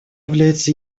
является